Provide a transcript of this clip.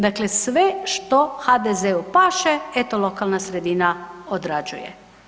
Dakle sve što HDZ-u paše eto lokalna sredina odrađuje.